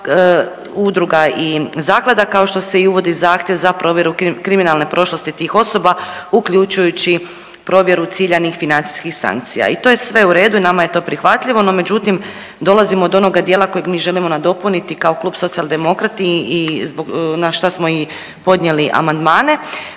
udruga i zaklada, kao što se i uvodi zahtjev za provjeru kriminalne prošlosti tih osoba, uključujući provjeru ciljanih financijskih sankcija i to je sve u redu i nama je to prihvatljivo, no međutim dolazimo do onoga dijela kojeg mi želimo nadopuniti kao Klub Socijaldemokrati i, i zbog, na šta smo i podnijeli amandmane,